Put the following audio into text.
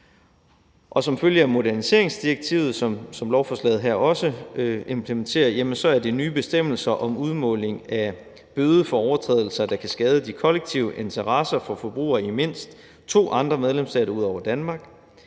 Og som følge af moderniseringsdirektivet, som lovforslaget her også implementerer, jamen så er der nye bestemmelser om udmåling af bøde for overtrædelser, der kan skade de kollektive interesser for forbrugere i mindst to andre medlemsstater ud over Danmark.